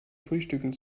frühstücken